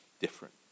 different